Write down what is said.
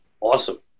Awesome